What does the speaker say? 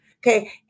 Okay